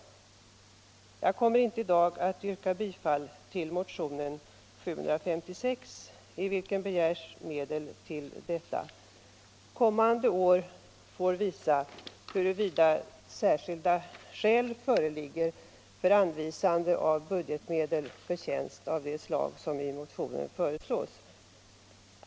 område Jag kommer inte i dag att yrka bifall till motionen 756, i vilken begärs medel till detta. Kommande år får visa huruvida särskilda skäl föreligger för anvisande av budgetmedel för tjänst av det slag som i motionen föreslås.